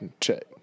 check